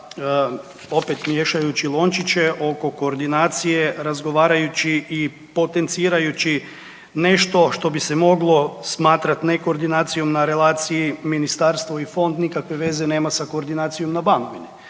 opet miješajući lončiće oko koordinacije, razgovarajući i potencirajući nešto što bi se moglo smatrati ne koordinacijom na relaciji ministarstvo i fond nikakve veze nema sa koordinacijom na Banovini.